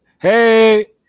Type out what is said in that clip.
Hey